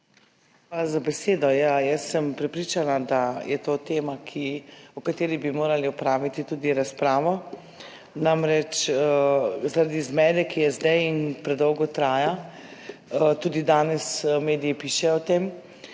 Hvala za besedo. Ja, jaz sem prepričana, da je to tema, o kateri bi morali opraviti tudi razpravo, namreč zaradi zmede, ki je zdaj in predolgo traja, tudi danes mediji pišejo o tem,